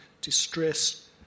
distress